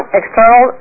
external